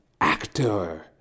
actor